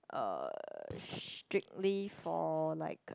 um strictly for like